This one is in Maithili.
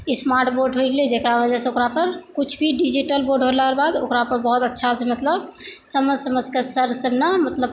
स्मार्ट बोर्ड होइ गेलै जकरा वजहसँ ओकरापर कुछ भी डिजिटल बोर्ड होला रऽ बाद ओकरापर बहुत अच्छासँ मतलब समझि समझि कऽ सर सबने मतलब